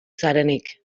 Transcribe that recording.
zarenik